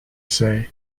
say